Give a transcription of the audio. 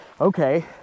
okay